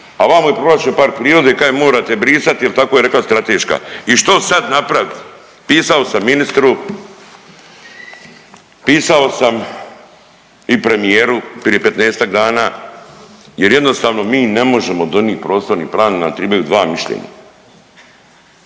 a vamo je proglašen park prirode i kažete morate brisat jel tako je rekla strateška i što sad napravit? Pisao sam ministru, pisao sam i premijeru prije 15-tak dana jer jednostavno mi ne možemo donit prostorni plan jel nam tribaju dva mišljenja.